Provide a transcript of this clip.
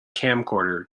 camcorder